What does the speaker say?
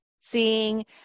seeing